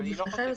אני אקרא.